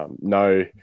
no